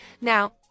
Now